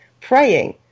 praying